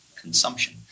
consumption